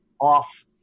off